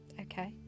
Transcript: Okay